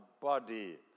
body